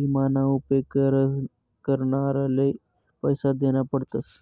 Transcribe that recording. ईमा ना उपेग करणारसले पैसा देना पडतस